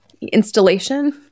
installation